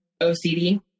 OCD